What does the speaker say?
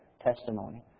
testimony